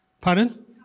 Pardon